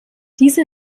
diese